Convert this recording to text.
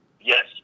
Yes